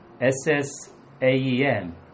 S-S-A-E-M